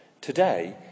Today